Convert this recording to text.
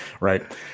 right